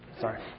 Sorry